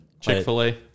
chick-fil-a